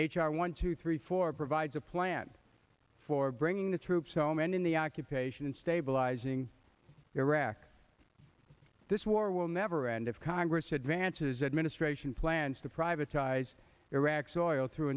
r one two three four provides a plan for bringing the troops home ending the occupation and stabilizing iraq this war will never end if congress had vance's administration plans to privatized iraq's oil through